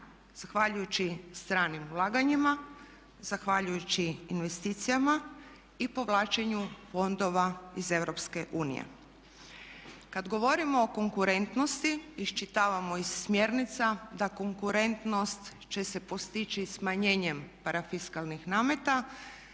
zahvaljujući stranim ulaganjima, zahvaljujući investicijama i povlačenju fondova iz EU. Kad govorimo o konkurentnosti iščitavamo iz smjernica da konkurentnost će se postići smanjenjem parafiskalnih nameta,